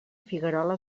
figuerola